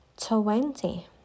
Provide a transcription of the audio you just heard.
Twenty